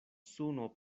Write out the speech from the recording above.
suno